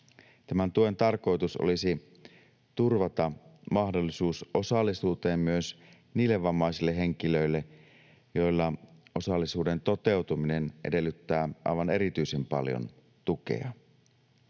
Tämän tuen tarkoitus olisi turvata mahdollisuus osallisuuteen myös niille vammaisille henkilöille, joilla osallisuuden toteutuminen edellyttää aivan erityisen paljon tukea.